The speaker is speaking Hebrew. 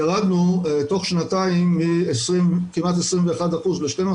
ירדנו תוך שנתיים מכמעט 21% ל-12%,